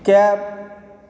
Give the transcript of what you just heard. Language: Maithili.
कएक